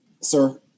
Sir